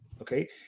Okay